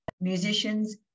musicians